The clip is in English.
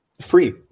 free